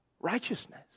righteousness